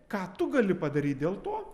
ką tu gali padaryti dėl to